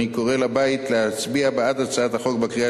אני קורא לבית להצביע בעד הצעת החוק בקריאה